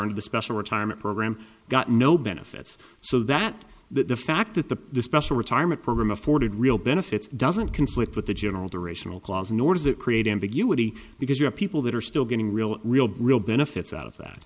and the special retirement program got no benefits so that the fact that the special retirement program afforded real benefits doesn't conflict with the general durational clause nor does it create ambiguity because you have people that are still getting real real real benefits out of that